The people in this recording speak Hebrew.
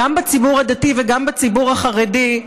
גם בציבור הדתי וגם בציבור החרדי,